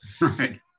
Right